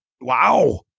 Wow